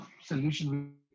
solution